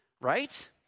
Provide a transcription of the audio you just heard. right